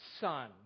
son